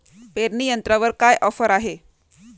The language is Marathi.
पेरणी यंत्रावर काय ऑफर आहे?